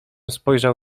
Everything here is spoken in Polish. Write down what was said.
spojrzał